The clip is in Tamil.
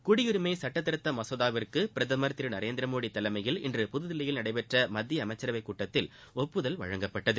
குடியுரிமை சுட்ட திருத்த மசோதாவுக்கு பிரதமர் திரு நரேந்திரமோடி தலைமையில் இன்று புததில்லியில் நடைபெற்ற மத்திய அமைச்சரவை கூட்டத்தில் ஒப்புதல் வழங்கப்பட்டது